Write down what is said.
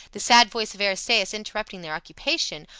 the sad voice of aristaeus interrupting their occupation,